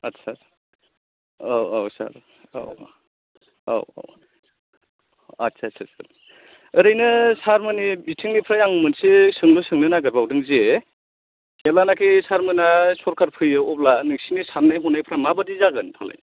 आच्चा औ औ सार औ औ आच्चा आच्चा ओरैनो सार मोननि बिथिंनिफ्राय आं मोनसे सोंलु सोंनो नागिरबावदों जे जेब्लानोखि सार मोनहा सरकार फैयो अब्ला नोंसोरनि साननाय हनायफ्रा मा बायदि जागोनफालाय